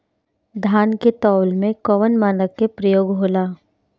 धान के तौल में कवन मानक के प्रयोग हो ला?